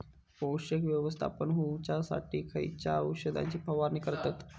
पोषक व्यवस्थापन होऊच्यासाठी खयच्या औषधाची फवारणी करतत?